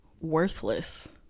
worthless